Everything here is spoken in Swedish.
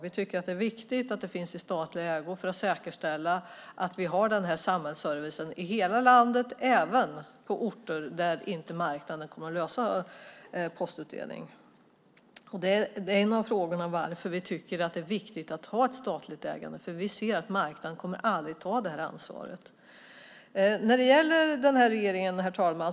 Vi tycker att det är viktigt att det finns i statlig ägo för att säkerställa att vi har denna samhällsservice i hela landet, även på orter där marknaden inte kommer att lösa postutdelningen. En av anledningarna till att vi tycker att det är viktigt att ha ett statligt ägande är att vi ser att marknaden aldrig kommer att ta detta ansvar. Herr talman!